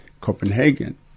Copenhagen